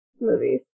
movies